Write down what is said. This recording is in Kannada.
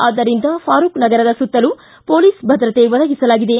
ಆದ್ದರಿಂದ ಫಾರುಕ್ ನಗರದ ಸುತ್ತಲೂ ಪೊಲೀಸ್ ಭದ್ರತೆ ಒದಗಿಸಲಾಗಿದೆ